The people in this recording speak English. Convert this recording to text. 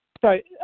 Sorry